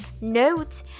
note